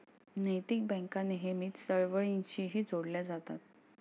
नैतिक बँका नेहमीच चळवळींशीही जोडल्या जातात